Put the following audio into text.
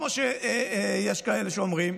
כמו שיש כאלה שאומרים,